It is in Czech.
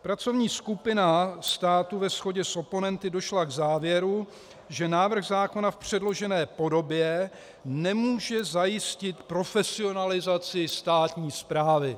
Pracovní skupina státu ve shodě s oponenty došla k závěru, že návrh zákona v předložené podobě nemůže zajistit profesionalizaci státní správy.